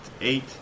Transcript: eight